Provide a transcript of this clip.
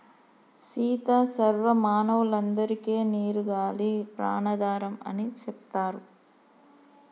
సీత సర్వ మానవులందరికే నీరు గాలి ప్రాణాధారం అని సెప్తారు